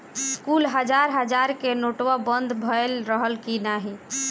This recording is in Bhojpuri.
कुल हजार हजार के नोट्वा बंद भए रहल की नाही